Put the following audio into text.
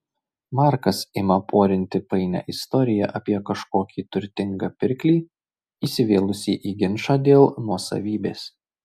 markas ima porinti painią istoriją apie kažkokį turtingą pirklį įsivėlusį į ginčą dėl nuosavybės